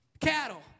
Cattle